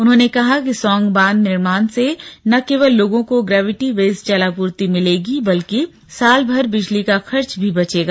उन्होंने कहा कि सौंग बांध निर्माण से न केवल लोगो को ग्रेविटी बेस्ड जलापूर्ति मिलेगी बल्कि सालभर बिजली का खर्च भी बचेगा